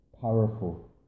powerful